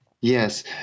Yes